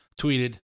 tweeted